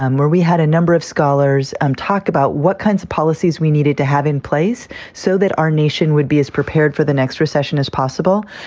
um where we had a number of scholars um talk about what kinds of policies we needed to have in place so that our nation would be as prepared for the next recession as possible.